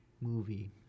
movie